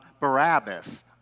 Barabbas